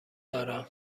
دارم